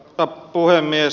arvoisa puhemies